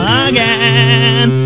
again